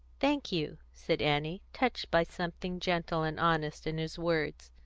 thank you, said annie, touched by something gentle and honest in his words.